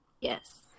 Yes